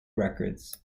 records